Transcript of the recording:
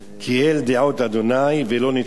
כי אל דעות ה' ולו נתכנו